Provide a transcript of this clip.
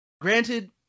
granted